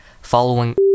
Following-